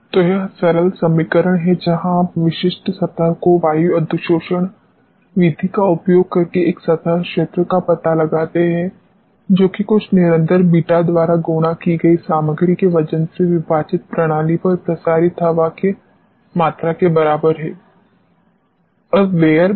तो यह सरल समीकरण है जहां आप विशिष्ट सतह को वायु अधिशोषण विधि का उपयोग करके एक सतह क्षेत्र का पता लगाते हैं जो कि कुछ निरंतर बीटा द्वारा गुणा की गई सामग्री के वजन से विभाजित प्रणाली पर प्रसारित हवा के मात्रा के बराबर है